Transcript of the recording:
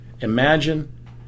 Imagine